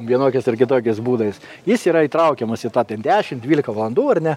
vienokias ar kitokias būdais jis yra įtraukiamas į tą dešimt dvylika valandų ar ne